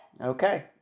Okay